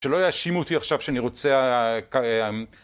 שלא יאשימו אותי עכשיו שאני רוצה